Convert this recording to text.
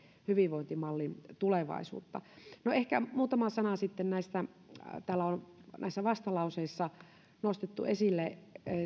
hyvinvointimallin tulevaisuutta no ehkä muutama sana sitten näistä mitä täällä on vastalauseissa nostettu esille